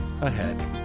ahead